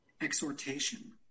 Exhortation